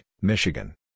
Michigan